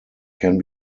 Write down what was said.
can